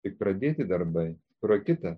kaip pradėti darbai pro kitą